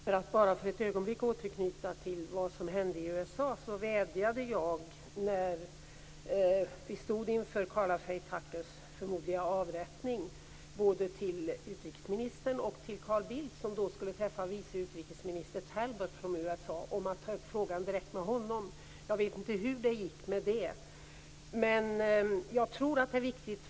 Fru talman! Jag vill bara för ett ögonblick återknyta till vad som hände i USA. När vi stod inför Karla Faye Tuckers förmodade avrättning vädjade jag både till utrikesministern och till Carl Bildt som då skulle träffa vice utrikesminister Talbot från USA om att ta upp frågan direkt med honom. Jag vet inte hur det gick med det.